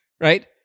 Right